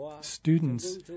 students